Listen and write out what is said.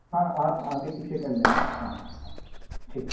ہاں آپ آگے پیچھے کر لینا ہاں ہاں ہاں ٹھیک